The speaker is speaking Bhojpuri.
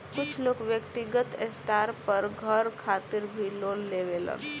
कुछ लोग व्यक्तिगत स्टार पर घर खातिर भी लोन लेवेलन